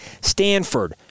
Stanford